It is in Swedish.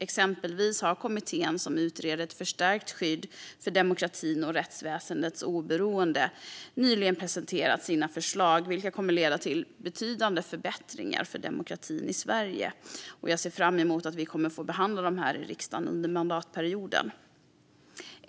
Exempelvis har kommittén som utreder ett förstärkt skydd för demokratin och rättsväsendets oberoende nyligen presenterat sina förslag, vilka kommer att leda till betydande förbättringar för demokratin i Sverige. Jag ser fram emot att riksdagen kommer att få behandla dessa under mandatperioden.